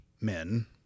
men